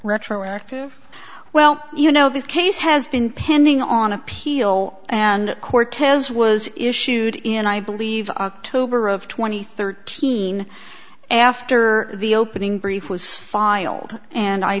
retroactive well you know the case has been pending on appeal and cortez was issued in i believe october of two thousand and thirteen after the opening brief was filed and i